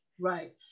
Right